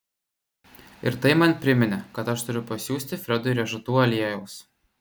ir tai man priminė kad aš turiu pasiųsti fredui riešutų aliejaus